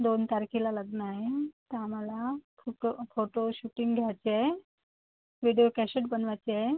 दोन तारखेला लग्न आहे तर आम्हाला खूप फोटो शूटिंग घ्यायचे आहे विडियो कॅशेट बनवायचे आहे